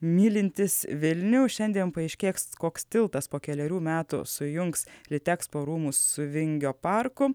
mylintys vilnių šiandien paaiškės koks tiltas po kelerių metų sujungs litexpo rūmus su vingio parku